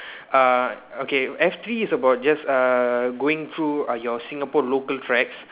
uh okay F three is about just uh going through uh your Singapore local tracks